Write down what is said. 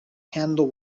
handle